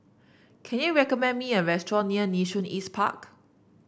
can you recommend me a restaurant near Nee Soon East Park